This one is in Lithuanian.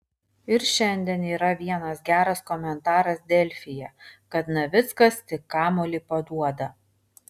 ir šiandien yra vienas geras komentaras delfyje kad navickas tik kamuolį paduoda